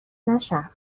نشم